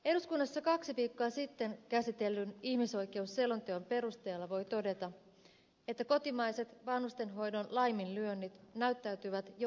eduskunnassa kaksi viikkoa sitten käsitellyn ihmisoikeusselonteon perusteella voi todeta että kotimaiset vanhustenhoidon laiminlyönnit näyttäytyvät jo ihmisoikeusloukkauksina